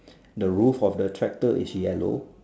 the roof of the tractor is yellow